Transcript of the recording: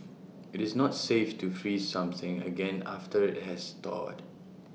IT is not safe to freeze something again after IT has thawed